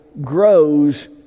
grows